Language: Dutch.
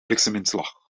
blikseminslag